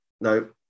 No